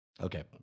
Okay